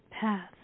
path